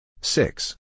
Six